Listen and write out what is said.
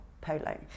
polo